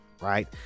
Right